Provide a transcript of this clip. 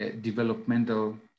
developmental